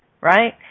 right